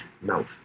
Now